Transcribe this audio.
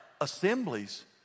assemblies